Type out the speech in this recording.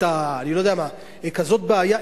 אני לא יודע מה כזאת בעיה,